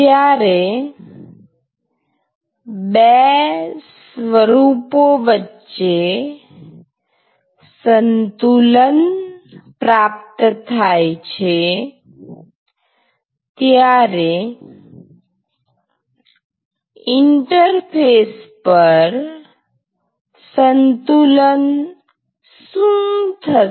જ્યારે બે સ્વરૂપો વચ્ચે સંતુલન પ્રાપ્ત થાય છે ત્યારે ઇન્ટરફેસ પર સંતુલન શું થશે